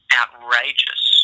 outrageous